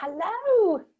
Hello